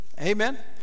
Amen